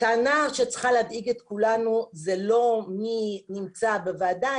הטענה שצריכה להדאיג את כולנו זה לא מי נמצא בוועדה,